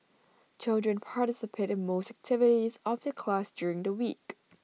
children participate in most activities of the class during the week